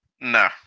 No